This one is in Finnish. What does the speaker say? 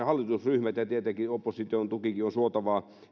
hallitusryhmissä ja tietenkin oppositionkin tuki on suotavaa